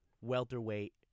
welterweight